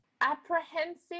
apprehensive